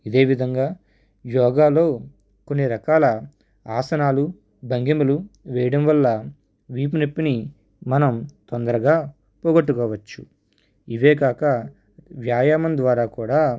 ఇదేవిధంగా యోగాలో కొన్ని రకాల ఆసనాలు భంగిమలు వేయడం వల్ల వీపు నొప్పిని మనం తొందరగా పోగొట్టుకోవచ్చు ఇవే కాక వ్యాయామం ద్వారా కూడా